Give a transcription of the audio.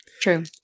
True